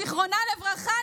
זיכרונה לברכה,